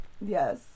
Yes